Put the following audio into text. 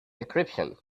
decryption